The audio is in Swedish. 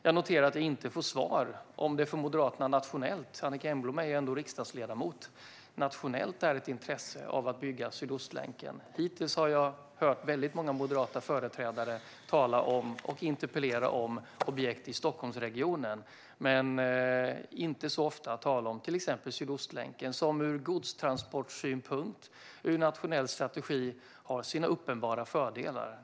Jag noterar att jag inte får svar på om det för Moderaterna nationellt - Annicka Engblom är ändå riksdagsledamot - finns ett intresse av att bygga Sydostlänken. Hittills har jag hört många moderata företrädare tala och interpellera om objekt i Stockholmsregionen men inte så ofta om till exempel Sydostlänken, som ur godstransportsynpunkt och nationell strategi har sina uppenbara fördelar.